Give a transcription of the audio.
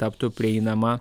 taptų prieinama